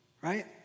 right